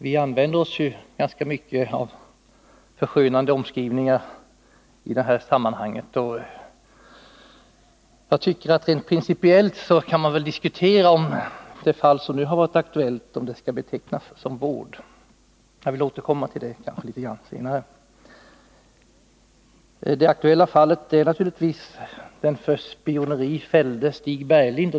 Vi använder oss ju ganska mycket av förskönande omskrivningar i sammanhanget, men jag tycker att man rent principiellt kan diskutera om det som förekommit i det fall som nu har varit aktuellt skall betecknas som vård. Jag återkommer till det litet senare. Det aktuella fallet gäller naturligtvis den för spioneri fällde Stig Bergling.